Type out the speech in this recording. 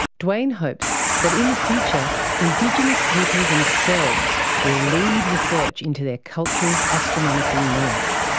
duane hopes that in the future indigenous people themselves will lead research into their culture's astronomical knowledge.